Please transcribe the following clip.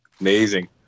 Amazing